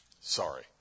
Sorry